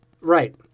Right